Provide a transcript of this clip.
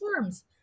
worms